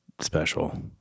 special